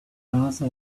plaza